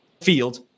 field